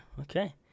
Okay